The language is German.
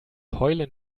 heulen